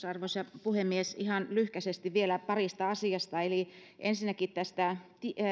arvoisa puhemies ihan lyhkäisesti vielä parista asiasta ensinnäkin tästä